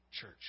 church